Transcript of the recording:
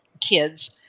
kids